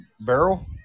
barrel